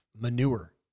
manure